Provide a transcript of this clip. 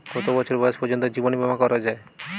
কত বছর বয়স পর্জন্ত জীবন বিমা করা য়ায়?